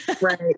right